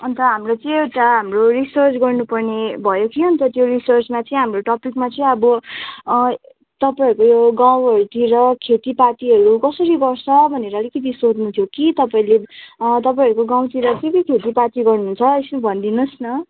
अन्त हाम्रो चाहिँ एउटा हाम्रो रिसर्च गर्नु पर्ने भयो कि अन्त त्यो रिसर्चमा चाहिँ हाम्रो टपिकमा चाहिँ अब तपाईँहरूको गाउँहरूतिर खेतीपातीहरू कसरी गर्छ भनेर अलिकति सोध्नु थियो कि तपाईँले तपाईँहरूको गाउँतिर के के खेतीपाती गर्नुहुन्छ यसो भनिदिनुहोस् न